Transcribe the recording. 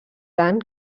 tant